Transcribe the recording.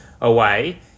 away